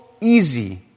easy